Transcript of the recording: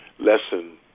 lesson